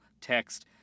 text